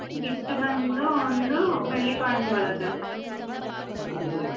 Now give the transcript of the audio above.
gift ಬಂದು ಒಂದು ಬೆಳ್ಳಿ ಕಾಯಿನ್ ಬರುತ್ತೆ ಅಷ್ಟೆ ನಿಮಗೆ